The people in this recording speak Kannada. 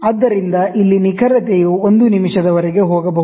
ಆದ್ದರಿಂದ ಇಲ್ಲಿ ನಿಖರತೆಯು 1 ನಿಮಿಷದವರೆಗೆ ಹೋಗಬಹುದು